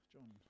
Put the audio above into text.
John